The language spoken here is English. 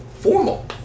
formal